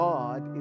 God